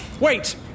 Wait